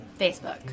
Facebook